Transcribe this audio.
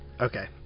Okay